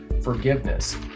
forgiveness